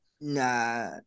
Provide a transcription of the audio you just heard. Nah